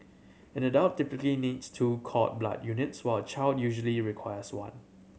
an adult typically needs two cord blood units while a child usually requires one